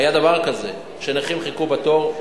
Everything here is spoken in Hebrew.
כי היה דבר כזה שנכים חיכו בתור.